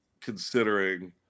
considering